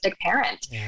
parent